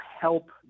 help